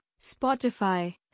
Spotify